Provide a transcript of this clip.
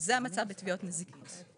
זה המצב בתביעות נזיקין.